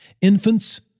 infants